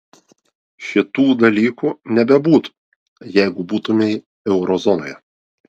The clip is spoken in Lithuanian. šitų dalykų nebebūtų jeigu būtumei euro zonoje